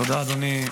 תודה, אדוני.